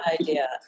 idea